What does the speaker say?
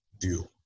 view